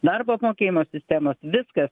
darbo apmokėjimo sistemos viskas